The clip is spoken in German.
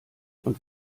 und